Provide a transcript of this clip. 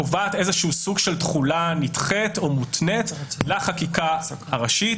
זכות שקובעת איזשהו סוג של תחולה נדחית או מותנית לחקיקה הראשית.